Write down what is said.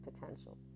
potential